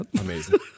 amazing